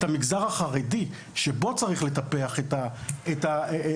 המגזר החרדי ושבו צריך לטפח את הרופאים.